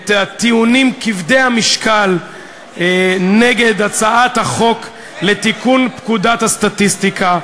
את הטיעונים כבדי המשקל נגד הצעת החוק לתיקון פקודת הסטטיסטיקה,